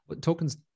Tokens